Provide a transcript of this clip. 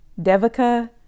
Devika